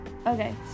okay